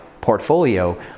portfolio